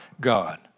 God